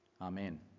Amen